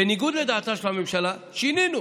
בניגוד לדעתה של הממשלה שינינו